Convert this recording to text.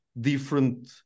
different